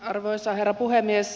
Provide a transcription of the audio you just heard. arvoisa herra puhemies